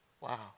wow